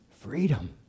freedom